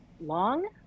long